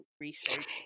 research